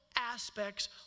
Aspects